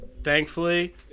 thankfully